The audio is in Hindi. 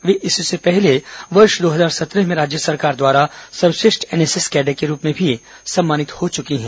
वे इससे पहले वर्ष दो हजार सत्रह में राज्य सरकार द्वारा सर्वश्रेष्ठ एनएसएस कैडेट के रूप में भी सम्मानित हो चुकी हैं